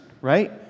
right